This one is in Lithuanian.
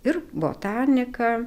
ir botanika